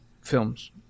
films